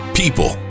people